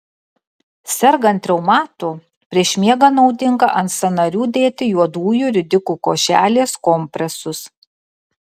sergant reumatu prieš miegą naudinga ant sąnarių dėti juodųjų ridikų košelės kompresus